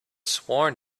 sworn